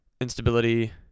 instability